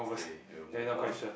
okay we'll move on